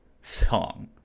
song